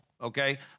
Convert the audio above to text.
Okay